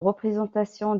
représentation